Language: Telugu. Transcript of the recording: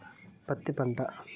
పత్తి పంట